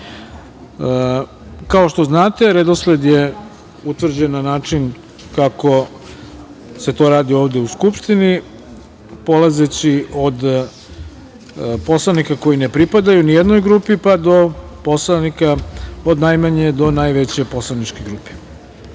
što znate, redosled je utvrđen na način kako se to radi ovde u Skupštini, polazeći od poslanika koji ne pripadaju nijednoj grupi, pa do poslanika od najmanje do najveće poslaničke